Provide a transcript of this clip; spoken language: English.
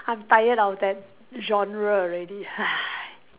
I'm tired of that genre already